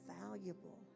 valuable